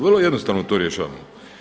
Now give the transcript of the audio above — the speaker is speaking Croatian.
Vrlo jednostavno to rješavamo.